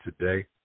today